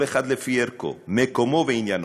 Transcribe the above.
כל אחד לפי ערכו, מקומו ועניינו,